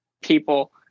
people